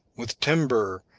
with timber,